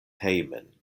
hejmen